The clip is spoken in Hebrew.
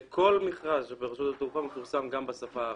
כל מכרז ברשות מפורסם גם בשפה הערבית.